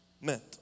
meant